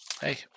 hey